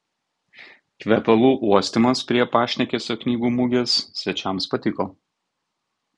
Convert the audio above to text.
kvepalų uostymas prie pašnekesio knygų mugės svečiams patiko